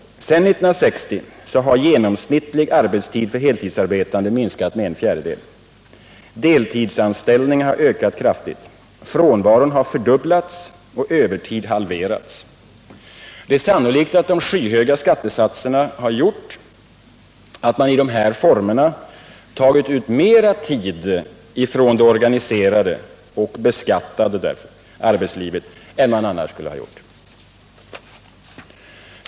Sedan 1960 har genomsnittlig arbetstid för heltidsarbetande minskat med en fjärdedel; deltidsanställning har ökat kraftigt; frånvaron har fördubblats och övertid halverats. Det är sannolikt att de skyhöga skattesatserna gjort att man i dessa former tagit ut mera tid från det organiserade — och beskattade — arbetslivet än man annars skulle ha gjort.